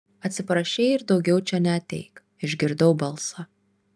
atsiprašei ir daugiau čia neateik išgirdau balsą